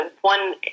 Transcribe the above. one